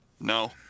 no